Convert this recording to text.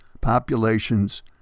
populations